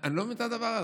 אני לא מבין את הדבר הזה.